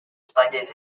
splendid